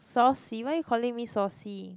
saucy why are you calling me saucy